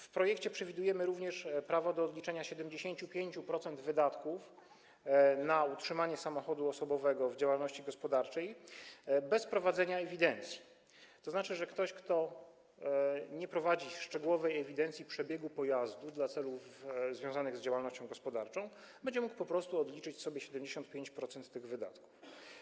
W projekcie przewidujemy również prawo do odliczenia 75% wydatków na utrzymanie samochodu osobowego w działalności gospodarczej bez prowadzenia ewidencji, tzn. że ktoś, kto nie prowadzi szczegółowej ewidencji przebiegu pojazdu dla celów związanych z działalnością gospodarczą, będzie mógł po prostu odliczyć sobie 75% tych wydatków.